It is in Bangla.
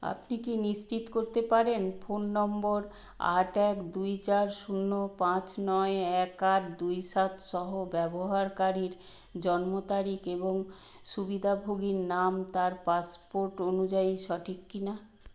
আপনি কি নিশ্চিত করতে পারেন ফোন নম্বর আট এক দুই চার শূন্য পাঁচ নয় এক আট দুই সাত সহ ব্যবহারকারীর জন্ম তারিখ এবং সুবিধাভোগীর নাম তার পাসপোর্ট অনুযায়ী সঠিক কিনা